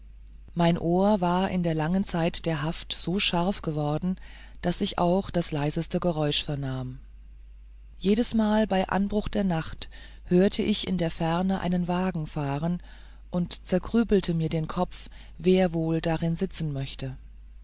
mein ohr war in der langen zeit der haft so scharf geworden daß ich auch das leiseste geräusch vernahm jedesmal bei anbruch der nacht hörte ich in der ferne einen wagen fahren und zergrübelte mir den kopf wer wohl dann sitzen möchte